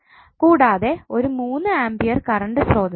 കൂടാതെ ഒരു 3 ampere current സ്രോതസ്സും ഉണ്ട്